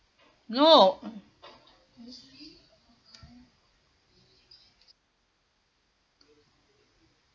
no uh